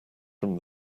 from